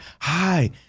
hi